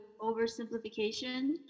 oversimplification